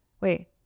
Wait